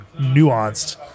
nuanced